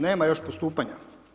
Nema još postupanja.